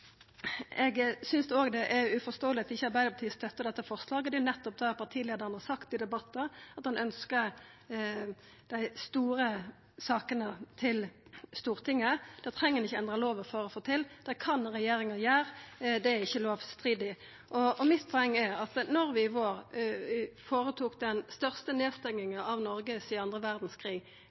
Eg synest òg det er uforståeleg at Arbeidarpartiet ikkje støttar dette forslaget. Det er jo nettopp dette partileiaren har sagt i debattar, at han ønskjer å få dei store sakene til Stortinget. Det treng ein ikkje å endra lova for å få til. Det kan regjeringa gjera, for det er ikkje lovstridig. Mitt poeng er at da vi i vår gjorde den største nedstenginga av Noreg sidan den andre